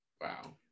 Wow